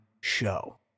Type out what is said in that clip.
Show